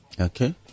Okay